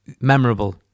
memorable